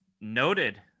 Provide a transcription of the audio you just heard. Noted